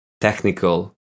technical